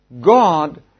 God